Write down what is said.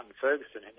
Ferguson